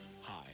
Hi